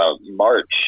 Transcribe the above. March